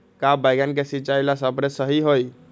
का बैगन के सिचाई ला सप्रे सही होई?